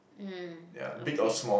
mm okay